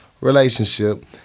relationship